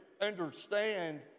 understand